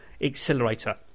Accelerator